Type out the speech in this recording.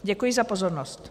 Děkuji za pozornost.